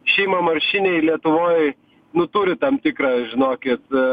šeimamarškiniai lietuvoj nu turi tam tikrą žinokit